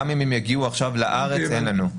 גם אם הם יגיעו עכשיו לארץ אין לנו.